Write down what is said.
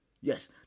Yes